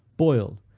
boyle,